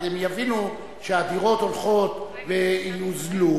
אז הם יבינו שהדירות הולכות ומוזלות,